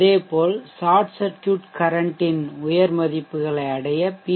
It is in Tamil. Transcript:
அதேபோல் சார்ட் சர்க்யூட் கரன்ட் இன் உயர் மதிப்புகளை அடைய பி